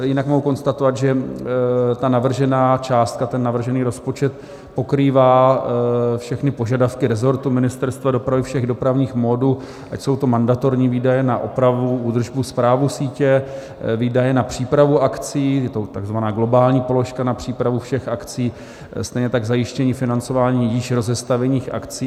Jinak mohu konstatovat, že navržená částka, ten navržený rozpočet pokrývá všechny požadavky resortu Ministerstva dopravy, všech dopravních módů, ať jsou to mandatorní výdaje na opravu, údržbu, správu sítě, výdaje na přípravu akcí, je to tzv. globální položka na přípravu všech akcí, stejně tak zajištění financování již rozestavěných akcí.